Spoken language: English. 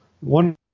one